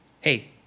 Hey